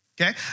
okay